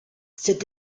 cette